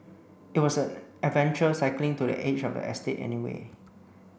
it was an adventure cycling to the edge of the estate anyway